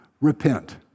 repent